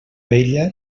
vella